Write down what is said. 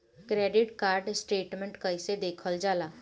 Credit card statement कइसे देखल जाला?